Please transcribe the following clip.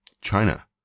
China